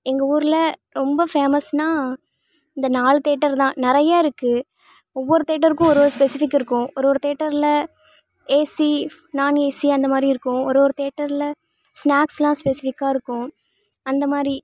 எங்கள் ஊரில் ரொம்ப ஃபேமஸ்ன்னாஎல் இந்த நாலு தேட்டர் தான் நிறையா இருக்குது ஒவ்வொரு தேட்டருக்கும் ஒவ்வொரு ஸ்பெசிஃபிக்காக இருக்கும் ஒரு ஒரு தேட்டரில் ஏசி நான்ஏசி அந்த மாதிரி இருக்கும் ஒரு ஒரு தேட்டரில் ஸ்நாக்ஸ்லாம் ஸ்பெசிஃபிக்காக இருக்கும் அந்த மாதிரி